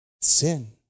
sin